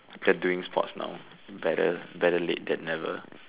we're doing sports now better better late than never